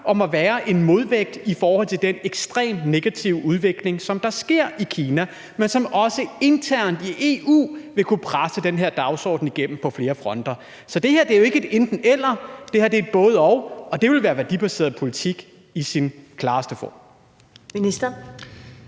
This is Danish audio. om at være en modvægt i forhold til den ekstremt negative udvikling, der sker i Kina, men som også internt i EU vil kunne presse den her dagsorden igennem på flere fronter. Så det her er jo ikke et enten-eller, det er et både-og, og det vil være værdibaseret politik i sin klareste form.